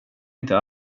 inte